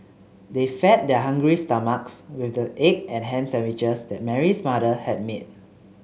they fed their hungry stomachs with the egg and ham sandwiches that Mary's mother had made